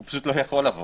אז הוא לא יבוא.